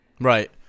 Right